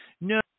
No